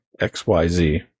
xyz